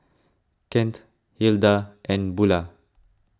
Kent Hilda and Bulah